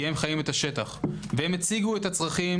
כי הם חיים את השטח והם הציגו את הצרכים